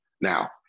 now